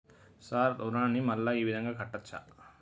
Sir రుణాన్ని మళ్ళా ఈ విధంగా కట్టచ్చా?